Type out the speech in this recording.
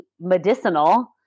medicinal